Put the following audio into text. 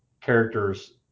characters